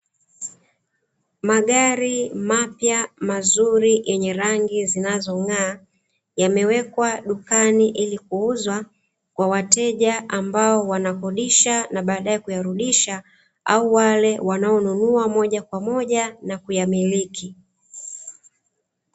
Magari mapya mazuri yenye rangi zinazong'aa, yamewekwa dukani ili kuuzwa kwa wateja ambao wanakodisha na baadaye kuyarudisha au wale wanaonunua moja kwa moja na kuyamiliki.